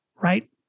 right